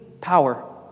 power